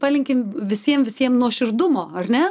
palinkim visiem visiem nuoširdumo ar ne